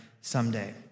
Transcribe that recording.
someday